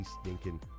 stinking